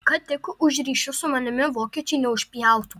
kad tik už ryšius su manimi vokiečiai neužpjautų